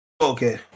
Okay